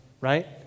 right